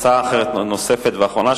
הצעה אחרת נוספת ואחרונה,